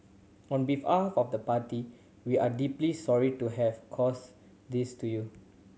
on behalf of the party we are deeply sorry to have caused this to you